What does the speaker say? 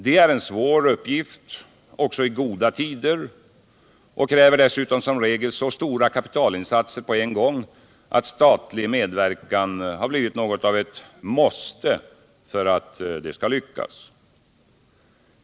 Det är en svår uppgift även i goda tider och kräver dessutom som regel så stora kapitalinsatser på en gång att statlig medverkan blir något av ett ”måste” för att det skall lyckas.